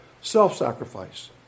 self-sacrifice